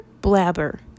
blabber